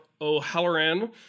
O'Halloran